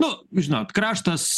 nu žinot kraštas